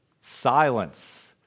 Silence